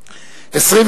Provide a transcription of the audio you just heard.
נמנע?